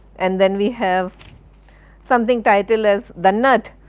and then we have something titled as the nut,